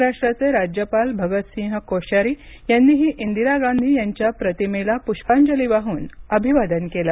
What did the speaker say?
महाराष्ट्राचे राज्यपाल भगतसिंह कोश्यारी यांनीही इंदिरा गांधी यांच्या प्रतिमेला पुष्पांजली वाहून अभिवादन केलं